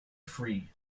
free